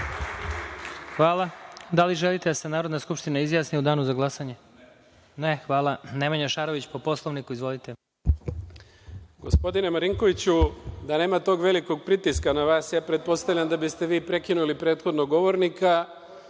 Hvala. Da li želite da se Narodna skupština izjasni u danu za glasanje? (Ne.)Hvala. Nemanja Šarović po Poslovniku. Izvolite. **Nemanja Šarović** Gospodine Marinkoviću, da nema tog velikog pritiska na vas ja pretpostavljam da biste vi prekinuli prethodnog govornika